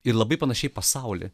ir labai panaši į pasaulį